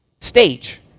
stage